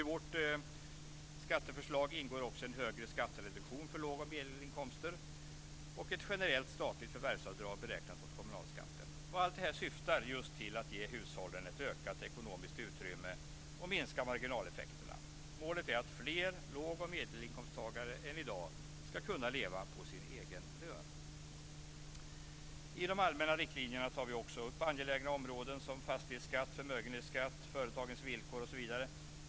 I vårt skatteförslag ingår också en högre skattereduktion för låg och medelinkomsttagare och ett generellt statligt förvärvsavdrag beräknat mot kommunalskatten. Allt det här syftar just till att ge hushållen ett ökat ekonomiskt utrymme och till att minska marginaleffekterna. Målet är att fler låg och medelinkomsttagare än i dag ska kunna leva på sin egen lön. I de allmänna riktlinjerna tar vi också upp angelägna områden som fastighetsskatt, förmögenhetsskatt, företagens villkor osv.